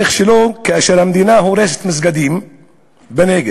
איך לא, כאשר המדינה הורסת מסגדים בנגב,